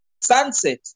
sunset